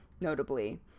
notably